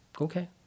Okay